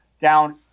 down